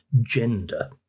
gender